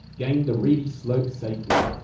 gained the reedy slope safely.